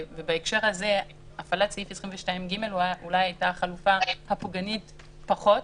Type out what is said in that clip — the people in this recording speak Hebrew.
ובהקשר הזה הפעלת 22ג אולי הייתה החלופה הפוגענית פחות.